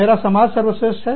मेरा समाज सर्वश्रेष्ठ है